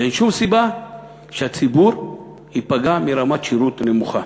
אין שום סיבה שהציבור ייפגע מרמת שירות נמוכה.